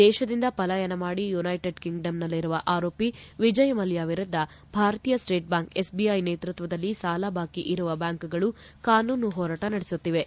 ದೇಶದಿಂದ ಪಲಾಯನ ಮಾಡಿ ಯುನೈಟೆಡ್ ಕಿಂಗ್ಡಮ್ನಲ್ಲಿರುವ ಆರೋಪಿ ವಿಜಯ್ ಮಲ್ಕ ವಿರುದ್ಧ ಭಾರತೀಯ ಸ್ವೇಟ್ ಬ್ಯಾಂಕ್ ಎಸ್ಬಿಐ ನೇತೃತ್ವದಲ್ಲಿ ಸಾಲ ಬಾಕಿ ಇರುವ ಬ್ಯಾಂಕ್ಗಳು ಕಾನೂನು ಹೋರಾಟ ನಡೆಸುತ್ತಿವೆ